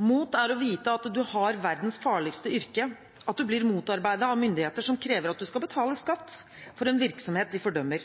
Mot er å vite at du har verdens farligste yrke, at du blir motarbeidet av myndigheter som krever at du skal betale skatt for en virksomhet de fordømmer.